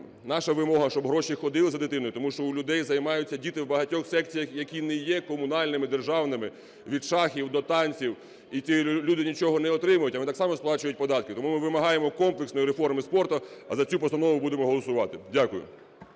наша вимога, щоб гроші ходили за дитиною, тому що у людей займаються діти в багатьох секціях, які не є комунальними, державними – від шахів до танців, і ці люди нічого не отримують, а вони так само сплачують податки. Тому ми вимагаємо комплексної реформи спорту, а за цю постанову будемо голосувати. Дякую.